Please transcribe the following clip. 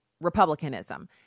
Republicanism